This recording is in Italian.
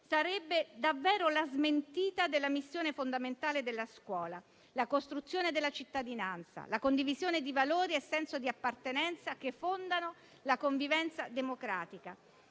Sarebbe davvero la smentita della missione fondamentale della scuola, la costruzione della cittadinanza, e la condivisione di valori e senso di appartenenza, che fondano la convivenza democratica.